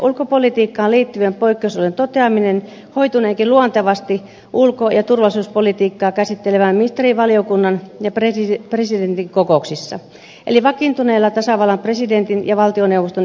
ulkopolitiikkaan liittyvien poikkeusolojen toteaminen hoituneekin luontevasti ulko ja turvallisuuspolitiikkaa käsittelevän ministerivaliokunnan ja presidentin kokouksissa eli vakiintuneella tasavallan presidentin ja valtioneuvoston yhteistyöfoorumilla